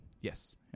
Yes